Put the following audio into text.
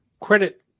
credit